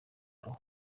aho